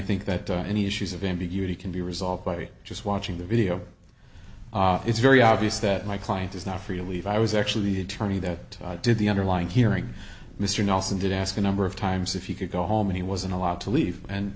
think that any issues of ambiguity can be resolved by just watching the video it's very obvious that my client is now free to leave i was actually the attorney that did the underlying hearing mr nelson did ask a number of times if you could go home he wasn't allowed to leave and